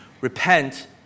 repent